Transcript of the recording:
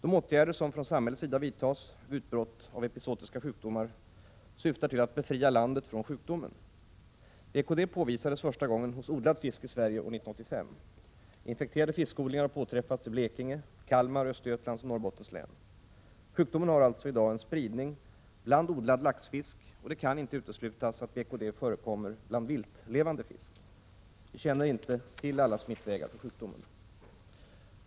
De åtgärder som från samhällets sida vidtas vid utbrott av epizootiska sjukdomar syftar till att befria landet från sjukdomen. BKD påvisades första gången hos odlad fisk i Sverige år 1985. Infekterade fiskodlingar har påträffats inom Blekinge, Kalmar, Östergötlands och Norrbottens län. Sjukdomen har således i dag en spridning bland odlad laxfisk, och det kan inte uteslutas att BKD förekommer bland viltlevande fisk. Vi känner inte till alla smittvägar för sjukdomen.